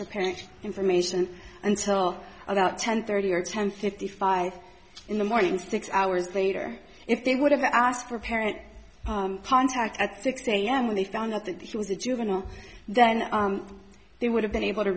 to parent information until about ten thirty or ten fifty five in the morning six hours later if they would have asked for parent contact at six am when they found out that he was a juvenile then they would have been able to